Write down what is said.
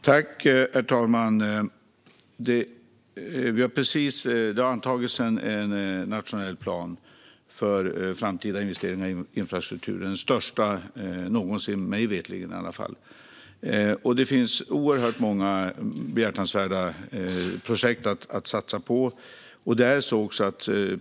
Herr talman! Det har antagits en nationell plan för framtida investeringar i infrastrukturen, den största någonsin, mig veterligen. Det finns oerhört många behjärtansvärda projekt att satsa på.